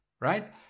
right